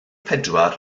pedwar